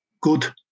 good